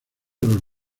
los